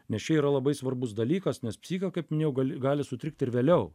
nes čia yra labai svarbus dalykas nes psichika kaip minėjau gali sutrikti ir vėliau